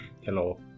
hello